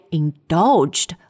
indulged